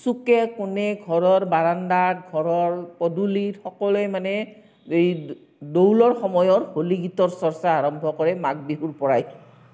চুকে কোণে ঘৰৰ বাৰান্দাত ঘৰৰ পদূলিত সকলোৱে মানে এই দৌলৰ সময়ত হোলী গীতৰ চৰ্চা আৰম্ভ কৰে মাঘ বিহুৰ পৰাই